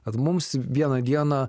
kad mums vieną dieną